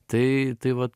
tai tai va